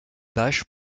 bâche